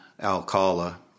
Alcala